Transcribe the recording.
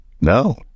No